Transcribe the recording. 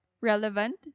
relevant